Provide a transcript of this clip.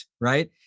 right